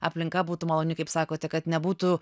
aplinka būtų maloni kaip sakote kad nebūtų